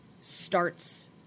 starts